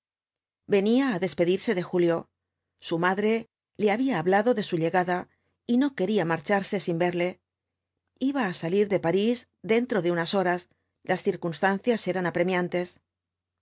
venía á despedirse de julio su madre le había hablado de su llegada y no quería marcharse sin verle iba á salir de parís dentro de unas horas las circunstancias eran apremiantes